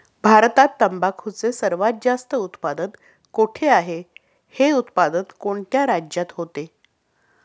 भारतात तंबाखूचे सर्वात जास्त उत्पादन कोठे होते? हे उत्पादन कोणत्या राज्यात होते?